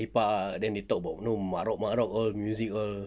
lepak then they talk about mat rock mat rock all music all